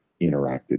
interacted